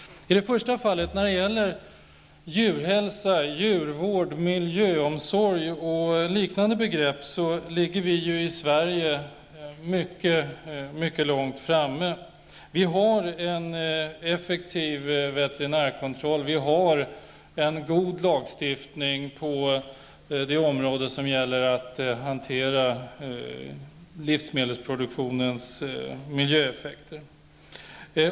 I det första fallet, som gäller djurhälsa, djurvård, miljöomsorg och liknande begrepp, ligger vi ju i Sverige mycket långt framme. Vi har en effektiv veterinärkontroll och en god lagstiftning när det gäller hanteringen av livsmedelsproduktionens miljöeffekter.